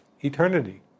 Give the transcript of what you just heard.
eternity